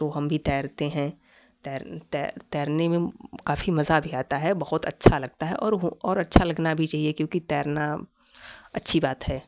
तो हम भी तैरते हैं तैरने में काफ़ी मज़ा भी आता है बहुत अच्छा लगता है और वो और अच्छा लगाना भी चाहिए क्योंकि तैरना अच्छी बात है